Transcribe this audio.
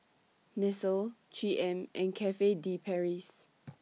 Nestle three M and Cafe De Paris